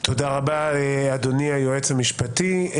תודה רבה אדוני היועץ המשפטי.